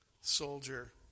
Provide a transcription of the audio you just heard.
soldier